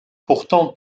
pourtant